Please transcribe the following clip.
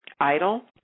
idle